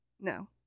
No